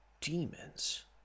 demons